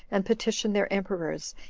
and petition their emperors,